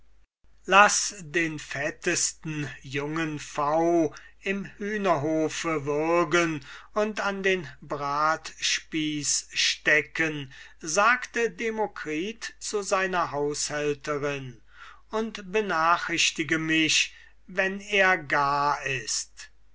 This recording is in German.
laß den fettesten jungen pfauen im hühnerhofe würgen und an den bratspieß stecken sagte demokritus zu seiner haushälterin und benachrichtige mich wenn er gar ist